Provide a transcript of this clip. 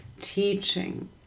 teaching